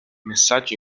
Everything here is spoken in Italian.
messaggi